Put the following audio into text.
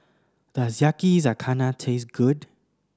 does Yakizakana taste good